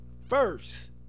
first